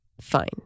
fine